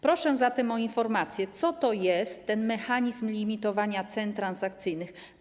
Proszę zatem o informację: Co to jest ten mechanizm limitowania cen transakcyjnych?